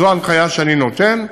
זו ההנחיה שאני נותן.